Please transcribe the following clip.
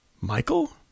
Michael